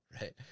Right